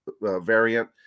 variant